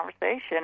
conversation